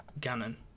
Gannon